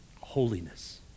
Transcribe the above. holiness